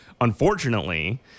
unfortunately